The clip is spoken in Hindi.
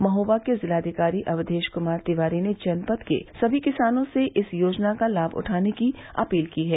महोबा के जिलाधिकारी अवधेश कुमार तिवारी ने जनपद के सभी किसानों से इस योजना का लाभ उठाने की अपील की है